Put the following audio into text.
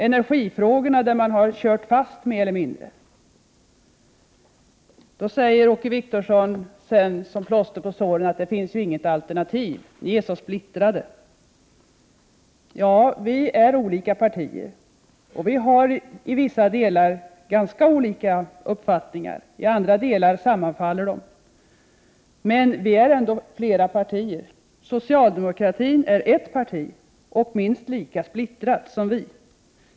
I energifrågorna har man mer eller mindre kört fast. Åke Wictorsson säger sedan, som plåster på såren, att det inte finns något alternativ. Ni är så splittrade, säger han. Ja, vi är olika partier och har i vissa delar ganska skilda uppfattningar. I andra delar sammanfaller våra uppfattningar. Men vi är ändå flera partier. Socialdemokraterna är ett parti och minst lika splittrat som vi.